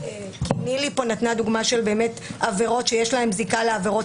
נילי נתנה דוגמה של עבירות שיש להן זיקה לעבירות